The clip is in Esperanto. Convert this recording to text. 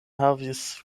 havis